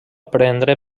prendre